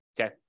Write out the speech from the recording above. okay